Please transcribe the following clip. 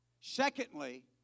Secondly